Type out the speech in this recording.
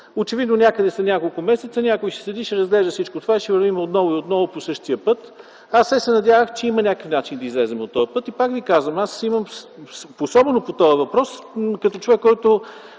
Очевидно някъде след няколко месеца някой ще седи и ще разглежда всичко това и ще вървим отново и отново по същия път. Аз все се надявах, че има някакъв начин да излезем от този път. И пак ви казвам – особено по този въпрос като човек, който